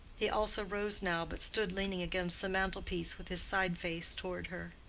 he also rose now, but stood leaning against the mantle-piece with his side-face toward her.